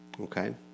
Okay